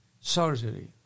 surgery